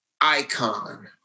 icon